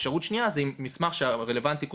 אפשרות שניה זה אם מסמך שרלוונטי קודם,